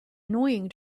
annoying